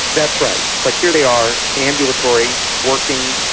that's right, but here they are, ambulatory, working,